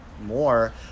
more